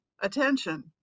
attention